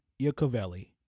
Iacovelli